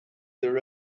their